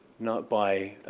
not by,